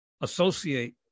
associate